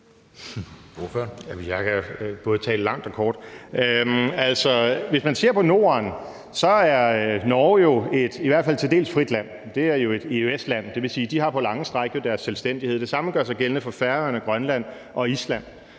Norge jo til dels et frit land. Det er jo et EØS-land, og det vil sige, at de på lange stræk har deres selvstændighed. Det samme gør sig gældende for Færøerne, Grønland og Island.